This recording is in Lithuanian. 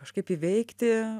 kažkaip įveikti